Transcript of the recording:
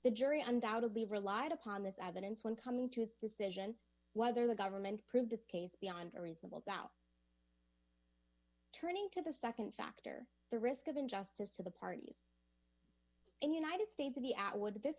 the jury undoubtedly relied upon this evidence when coming to its decision whether the government proved its case beyond a reasonable doubt turning to the nd factor the risk of injustice to the parties and united states